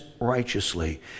righteously